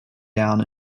down